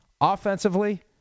Offensively